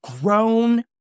grown